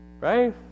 Right